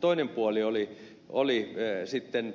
toinen puoli oli sitten